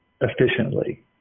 efficiently